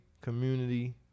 community